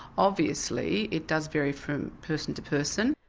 obviously it does vary from person to person.